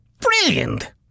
Brilliant